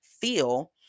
feel